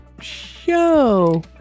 show